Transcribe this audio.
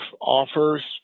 offers